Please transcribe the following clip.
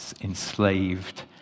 enslaved